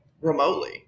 remotely